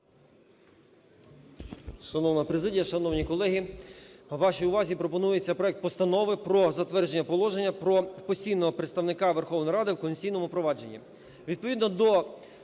Шановна президія! Шановні колеги! Вашій увазі пропонується проект Постанови про затвердження Положення про постійного представника Верховної Ради в конституційному провадженні.